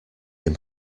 him